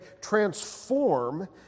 transform